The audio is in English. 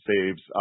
saves